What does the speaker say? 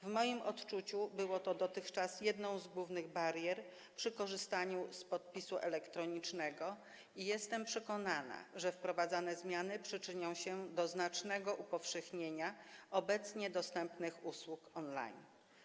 W moim odczuciu było to dotychczas jedną z głównych barier przy korzystaniu z podpisu elektronicznego i jestem przekonana, że wprowadzane zmiany przyczynią się do znacznego upowszechnienia obecnie dostępnych usług on-line.